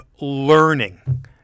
learning